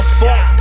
fuck